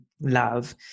love